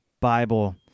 Bible